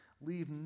Leave